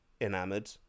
enamoured